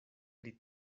pri